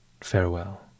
farewell